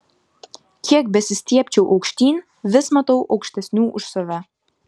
kiek besistiebčiau aukštyn vis matau aukštesnių už save